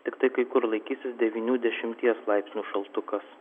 tiktai kai kur laikysis devynių dešimties laipsnių šaltukas